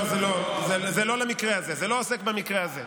זה לא עוסק במקרה הזה.